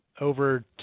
over